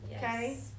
okay